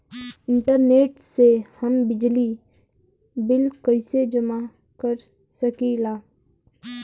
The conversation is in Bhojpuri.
इंटरनेट से हम बिजली बिल कइसे जमा कर सकी ला?